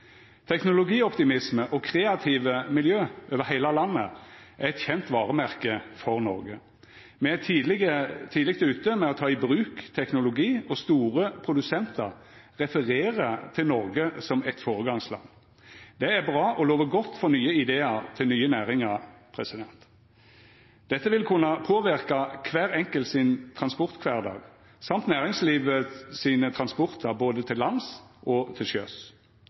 Teknologioptimisme og kreative miljø over heile landet er eit kjent varemerke for Noreg. Me er tidleg ute med å ta i bruk teknologi, og store produsentar refererer til Noreg som eit føregangsland. Det er bra og lover godt for nye idear til nye næringar. Dette vil kunna påverka transportkvardagen til kvar enkelt samt transport i næringslivet både til lands og til sjøs.